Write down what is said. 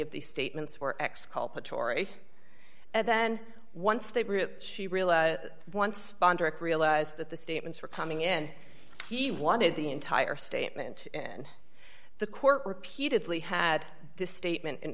of these statements were exculpatory and then once they once upon direct realized that the statements were coming in he wanted the entire statement in the court repeatedly had this statement in